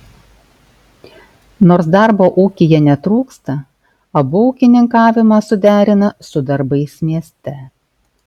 nors darbo ūkyje netrūksta abu ūkininkavimą suderina su darbais mieste